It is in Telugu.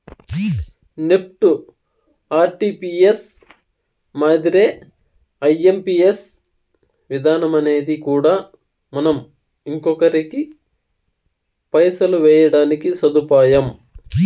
నెప్టు, ఆర్టీపీఎస్ మాదిరే ఐఎంపియస్ విధానమనేది కూడా మనం ఇంకొకరికి పైసలు వేయడానికి సదుపాయం